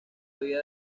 vida